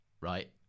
right